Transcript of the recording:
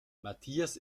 matthias